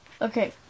Okay